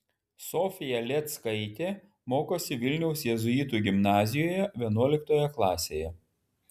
sofija lėckaitė mokosi vilniaus jėzuitų gimnazijoje vienuoliktoje klasėje